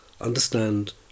understand